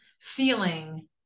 feeling